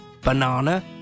banana